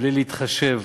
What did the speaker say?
בלי להתחשב